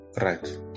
Right